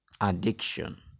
Addiction